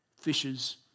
fishers